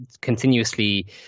continuously